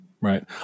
Right